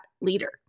leader